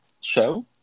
show